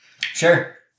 Sure